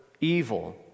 evil